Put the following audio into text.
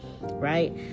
right